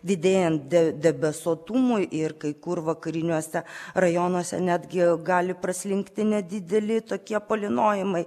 didėjant de debesuotumui ir kai kur vakariniuose rajonuose netgi gali praslinkti nedideli tokie palynojimai